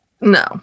No